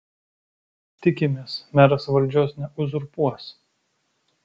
tikimės meras valdžios neuzurpuos